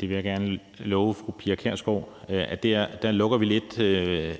Det vil jeg gerne love fru Pia Kjærsgaard. Der lukker vi lidt